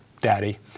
daddy